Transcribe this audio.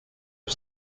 are